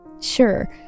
Sure